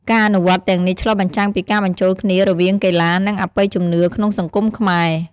ការអនុវត្តន៍ទាំងនេះឆ្លុះបញ្ចាំងពីការបញ្ចូលគ្នារវាងកីឡា និងអបិយជំនឿក្នុងសង្គមខ្មែរ។